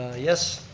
yes.